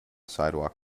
sidewalk